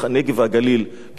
כן, מה לעשות, ליהודים.